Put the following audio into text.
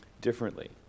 differently